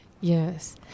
Yes